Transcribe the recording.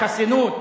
החסינות,